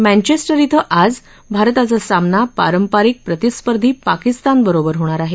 Manchester ॐ आज भारताचा सामना पारंपारिक प्रतिस्पर्धी पाकिस्तान बरोबर होणार आहे